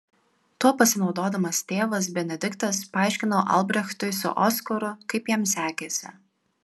tuo pasinaudodamas tėvas benediktas paaiškino albrechtui su oskaru kaip jam sekėsi